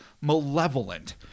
malevolent